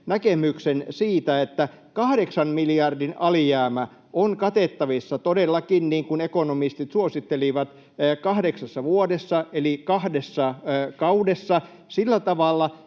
näkemyksen siitä, että kahdeksan miljardin alijäämä on katettavissa todellakin, niin kuin ekonomistit suosittelivat, kahdeksassa vuodessa eli kahdessa kaudessa sillä tavalla,